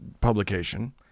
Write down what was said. publication